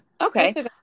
Okay